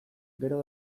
gero